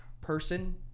person